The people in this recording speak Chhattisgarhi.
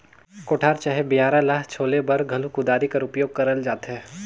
कोठार चहे बियारा ल छोले बर घलो कुदारी कर उपियोग करल जाथे